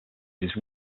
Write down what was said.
uses